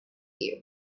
you